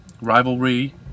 rivalry